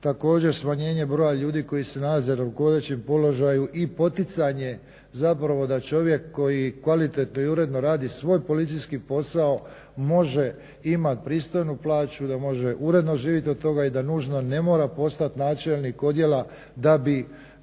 Također smanjenje broja ljudi koji se nalaze na rukovodećem položaju i poticanje zapravo da čovjek koji kvalitetno i uredno radi svoj policijski posao može imat pristojnu plaću, da može uredno živjeti od toga i da nužno ne mora postati načelnik odjela da bi